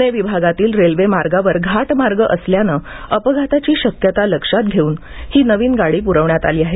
पुणे विभागातील रेल्वे मार्गावर घाटमार्ग असल्यानं अपघाताची शक्यता लक्षात घेऊन ही नवीन गाडी प्रवण्यात आली आहे